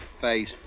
face